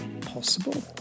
possible